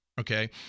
Okay